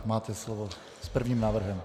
Máte slovo s prvním návrhem.